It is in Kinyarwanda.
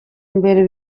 mbere